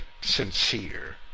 sincere